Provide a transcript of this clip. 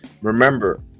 Remember